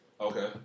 Okay